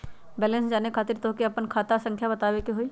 Balance जाने खातिर तोह के आपन खाता संख्या बतावे के होइ?